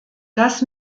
das